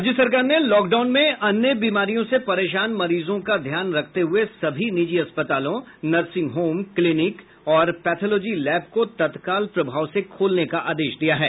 राज्य सरकार ने लॉकडाउन में अन्य बीमारियों से परेशान मरीजों का ध्यान रखते हुए सभी निजी अस्पतालों नर्सिंग होम क्लिनिक एवं पैथोलॉजी लैब को तत्काल प्रभाव से खोलने का आदेश दिया है